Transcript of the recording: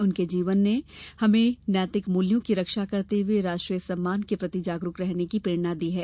उनके जीवन से हमें नैतिक मूल्यों की रक्षा करते हुए राष्ट्रीय सम्मान के प्रति जागरूक रहने की प्रेरणा मिलती है